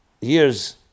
years